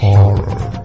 Horror